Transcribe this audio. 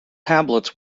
tablets